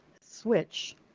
switch